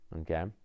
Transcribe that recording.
okay